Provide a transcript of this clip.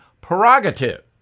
prerogative